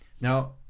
Now